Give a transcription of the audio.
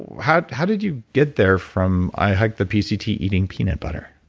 ah how how did you get there from i hiked the pct eating peanut butter?